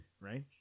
Right